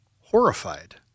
horrified